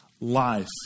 life